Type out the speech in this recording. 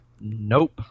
Nope